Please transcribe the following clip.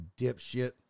dipshit